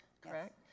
correct